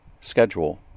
schedule